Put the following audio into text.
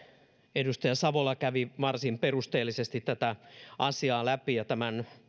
edustaja savola kävi varsin perusteellisesti tätä asiaa läpi ja tämän